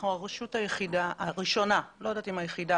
אנחנו הרשות הראשונה לא יודעת אם היחידה